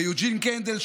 ויוג'ין קנדל,